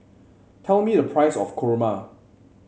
tell me the price of kurma